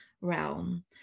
realm